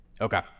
Okay